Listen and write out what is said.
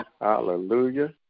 hallelujah